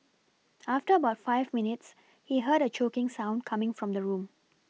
after about five minutes he heard a choking sound coming from the room